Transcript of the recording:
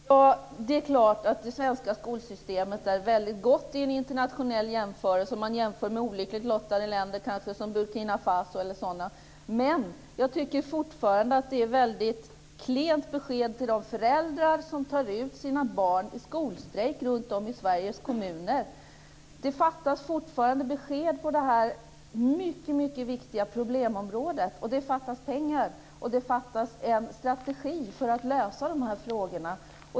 Fru talman! Det är klart att det svenska skolsystemet är väldigt gott i en internationell jämförelse - om man jämför med olyckligt lottade länder som t.ex. Burkina Faso. Men jag tycker fortfarande att det är ett väldigt klent besked till de föräldrar som tar ut sina barn i skolstrejker runtom i Sveriges kommuner. Det fattas fortfarande besked på detta mycket, mycket viktiga problemområde. Det fattas pengar och det fattas en strategi för att lösa de här frågorna.